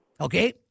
okay